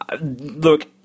look